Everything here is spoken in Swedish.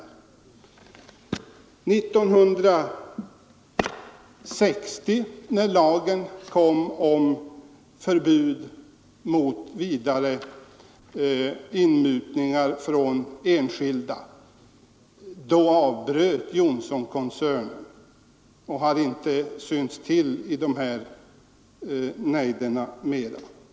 År 1960, när lagen kom om förbud mot vidare inmutningar från enskilda, avbröt Johnsonkoncernen sitt arbete och har inte synts till i de här nejderna mer.